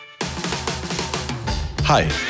Hi